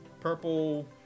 purple